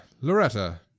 Loretta